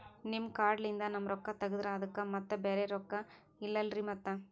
ನಿಮ್ ಕಾರ್ಡ್ ಲಿಂದ ನಮ್ ರೊಕ್ಕ ತಗದ್ರ ಅದಕ್ಕ ಮತ್ತ ಬ್ಯಾರೆ ರೊಕ್ಕ ಇಲ್ಲಲ್ರಿ ಮತ್ತ?